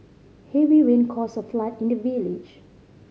heavy rain caused a flood in the village